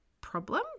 problem